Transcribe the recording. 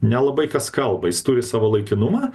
nelabai kas kalba jis turi savo laikinumą